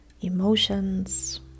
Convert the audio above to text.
emotions